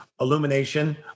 illumination